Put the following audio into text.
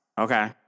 okay